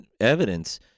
evidence